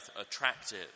attractive